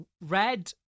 red